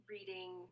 Reading